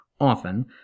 often